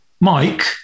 Mike